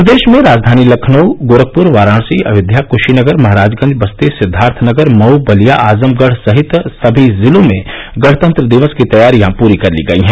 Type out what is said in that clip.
प्रदेश में राजधानी लखनऊ गोरखपुर वाराणसी अयोध्या क्शीनगर महराजगंज बस्ती सिद्दार्थनगर मऊ बलिया आजमगढ़ सहित सभी जिलों में गणतंत्र दिवस की तैयारियां पूरी कर ली गयी हैं